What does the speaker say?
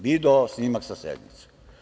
Video snimak sa sednice!